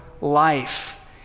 life